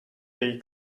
gay